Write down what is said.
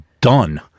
done